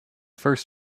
first